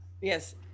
Yes